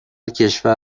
کشور